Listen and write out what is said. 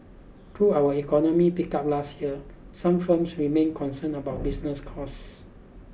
though our economy picked up last year some firms remain concerned about business costs